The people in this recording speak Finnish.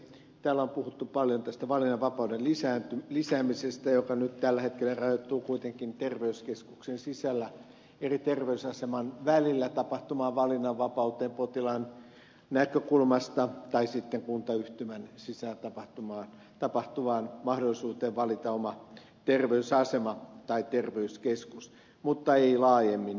täällä on puhuttu paljon tästä valinnanvapauden lisäämisestä joka nyt tällä hetkellä rajoittuu kuitenkin terveyskeskuksen sisällä eri terveysasemien välillä tapahtuvaan valinnanvapauteen potilaan näkökulmasta tai sitten kuntayhtymän sisällä tapahtuvaan mahdollisuuteen valita oma terveysasema tai terveyskeskus mutta ei laajemmin